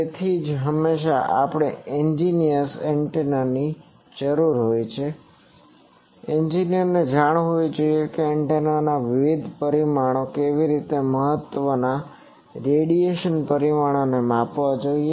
તેથી જ હંમેશા આપણને engineer's antenna ની પણ જરૂર હોય છે એન્જિનિયરને જાણ હોવી જોઈએ કે એન્ટેનાના વિવિધ પરિમાણો કેવી રીતે મહત્ત્વના રેડિયેશન પરિમાણોને માપવા જોઈએ